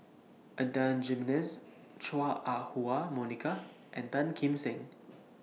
Adan Jimenez Chua Ah Huwa Monica and Tan Kim Seng